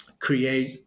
create